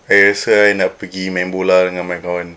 I rasa I nak pergi main bola dengan my kawan